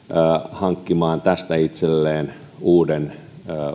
hankkimaan tästä itselleen uuden